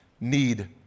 need